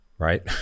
Right